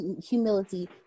humility